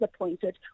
appointed